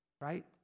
right